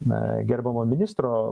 na gerbiamo ministro